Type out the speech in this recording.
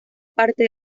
parte